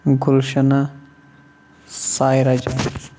گُلشَنا Saira Jan